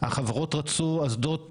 החברות רצו אסדות,